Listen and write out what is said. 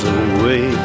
away